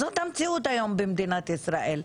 זאת המציאות היום במדינת ישראל.